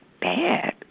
bad